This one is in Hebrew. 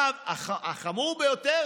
היושבת-ראש.